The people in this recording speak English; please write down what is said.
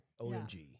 OMG